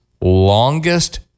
longest